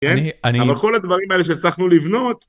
אבל כל הדברים האלה שצריכים לבנות.